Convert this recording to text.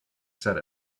said